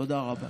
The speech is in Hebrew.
תודה רבה.